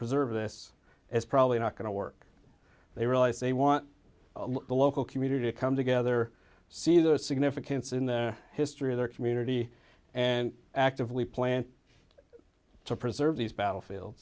preserve this is probably not going to work they realize they want the local community to come together see their significance in the history of their community and actively plan to preserve these battlefield